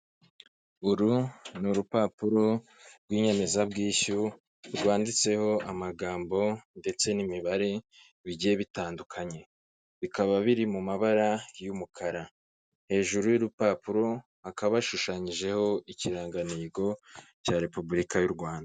Uru ni urupapuro rw'inyemezabwishyu rwanditseho amagambo ndetse n'imibare bigiye bitandukanye, bikaba biri mu mabara y'umukara, hejuru y'urupapuro hakaba hashushanyijeho ikirangantego cya Repubulika y'u Rwanda.